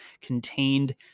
contained